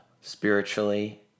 spiritually